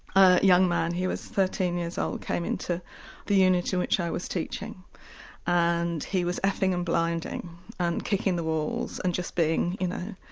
a young man, he was thirteen years old, came into the unit in which i was teaching and he was ffff-ing ffff-ing and blinding and kicking the walls and just being you know,